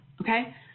okay